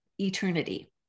eternity